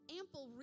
ample